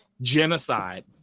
genocide